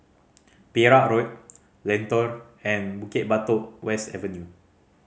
Perak Road Lentor and Bukit Batok West Avenue